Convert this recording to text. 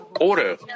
Order